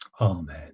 amen